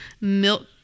milk